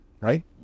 Right